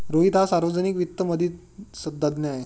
रोहित हा सार्वजनिक वित्त मधील तज्ञ आहे